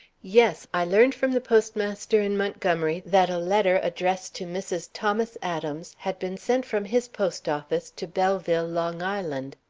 yes. i learned from the postmaster in montgomery that a letter addressed to mrs. thomas adams had been sent from his post-office to belleville, long island.